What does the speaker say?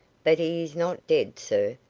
but he is not dead, sir?